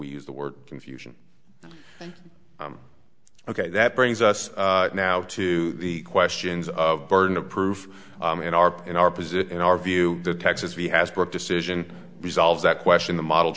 we use the word confusion ok that brings us now to the questions of burden of proof in our in our position in our view the texas v hasbrouck decision resolves that question the model